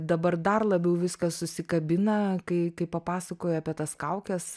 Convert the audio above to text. dabar dar labiau viskas susikabina kai kai papasakojai apie tas kaukes